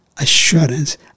Assurance